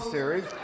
Series